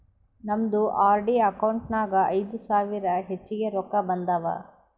ನಮ್ದು RD account ನಾಗ್ ಐಯ್ದ ಸಾವಿರ ಹೆಚ್ಚಿಗೆ ರೊಕ್ಕಾ ಬಂದಾವ್